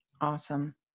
Awesome